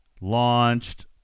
launched